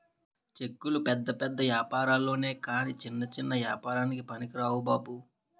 చెక్కులు పెద్ద పెద్ద ఏపారాల్లొనె కాని చిన్న చిన్న ఏపారాలకి పనికిరావు బాబు